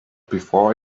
before